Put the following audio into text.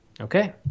okay